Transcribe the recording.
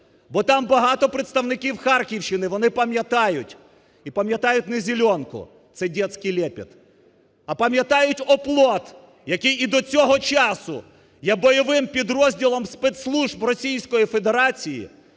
бо там багато представників Харківщини, вони пам'ятають і пам'ятають не зеленку, це детский лепет. А пам'ятають "Оплот", який і до цього часу є бойовим підрозділом спецслужб Російської Федерації,